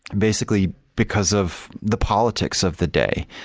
basically because of the politics of the day.